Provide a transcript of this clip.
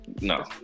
No